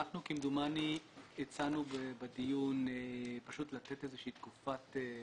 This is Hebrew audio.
כמדומני אנחנו הצענו בדיון לתת איזושהי תקופה.